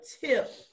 tip